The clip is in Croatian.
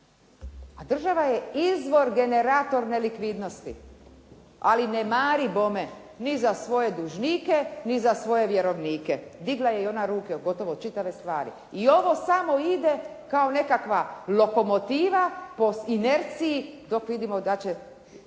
A država je izvor generator nelikvidnosti ali ne mari bome ni za svoje dužnike ni za svoje vjerovnike, digla je i ona ruke od gotovo čitave stvari. I ovo samo ide kao nekakva lokomotiva po sinerciji dok vidimo da će